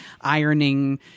ironing